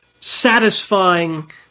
satisfying